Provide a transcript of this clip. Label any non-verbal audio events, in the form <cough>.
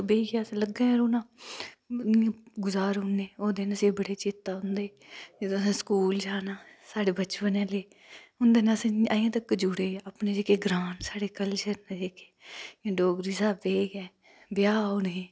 बेइयै असें लग्गे दे रौह्ना गज़ारी ओड़ने ओह् दिन असें गी बड़ा चेता औंदे असें स्कूल जाना साढे़ बचपन आह्ले उं'दे नै अस हून तक जुडे़ दे अपने जेह्के ग्रां न <unintelligible> डोगरी स्हाबै दे ब्याह् होंदे न